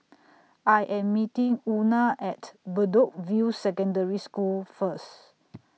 I Am meeting Una At Bedok View Secondary School First